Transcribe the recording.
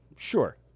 Sure